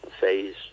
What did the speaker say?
phase